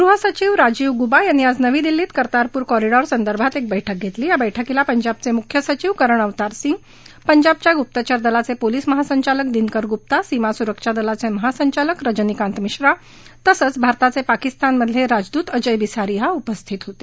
गृहसचिव राजीव गुबा यांनी आज नवी दिल्लीत कर्तारपूर कॉरिडॉर संदर्भात एक बैठक घेतली या बैठकीला पंजाबचे मुख्य सचिव करण अवतार सिंग पंजाबच्या गुप्तचर दलाचे पोलिस महासंचालक दिनकर गुप्ता सीमासुरक्षा दलाचे महासंचालक रजनीकांत मिश्रा तसंच भारताचे पाकिस्तानातले राजदुत अजय बिसारीया उपस्थित होते